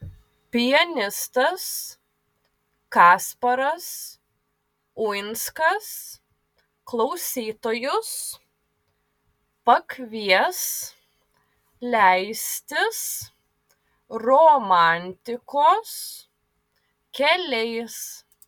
pianistas kasparas uinskas klausytojus pakvies leistis romantikos keliais